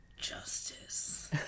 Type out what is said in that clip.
Justice